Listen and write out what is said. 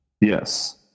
Yes